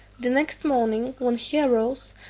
the next morning, when he arose,